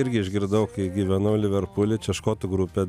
irgi išgirdau kai gyvenau liverpuly čia škotų grupė